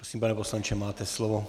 Prosím, pane poslanče, máte slovo.